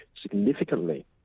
significantly